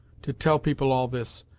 to tell people all this,